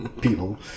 people